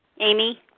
Amy